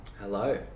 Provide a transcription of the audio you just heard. Hello